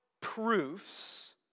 proofs